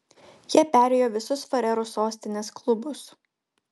jie perėjo visus farerų sostinės klubus